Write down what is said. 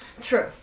True